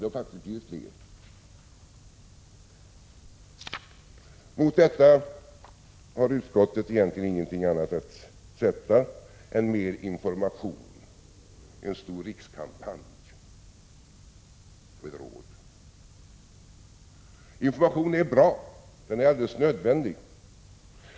Det har faktiskt blivit fler. Mot detta har utskottet egentligen ingenting annat att sätta än mer information, en stor rikskampanj och ett råd. Information är bra. Den är alldeles nödvändig.